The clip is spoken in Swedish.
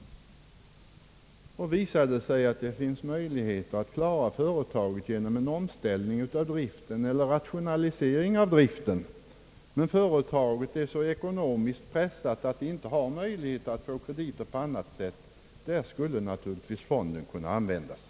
Visar det sig att det finns möjlighet att rädda företaget genom en omställning eller en rationalisering av driften, när företaget är så ekonomiskt pressat att det inte kan få kredit på annat sätt, skulle fonden givetvis kunna användas.